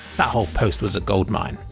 that whole post was a gold-mine.